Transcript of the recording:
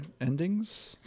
endings